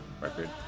record